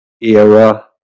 era